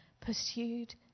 pursued